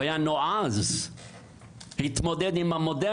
הוא היה מאוד נועז להתמודד עם המודרנה.